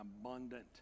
abundant